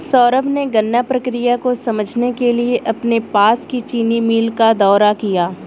सौरभ ने गन्ना प्रक्रिया को समझने के लिए अपने पास की चीनी मिल का दौरा किया